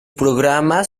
programas